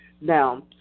Now